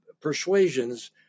persuasions